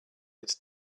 its